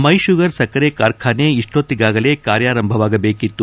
ಮ್ನುಷುಗರ್ ಸಕ್ಕರೆ ಕಾರ್ಖಾನೆ ಇಷ್ಕೊತ್ಸಿಗಾಗಲೆ ಕಾರ್ಯಾರಂಭವಾಗಬೇಕಿತ್ತು